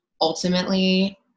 Ultimately